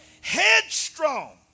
Headstrong